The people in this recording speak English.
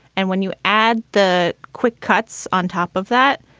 and when you add the quick cuts on top of that,